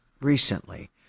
recently